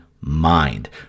mind